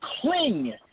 cling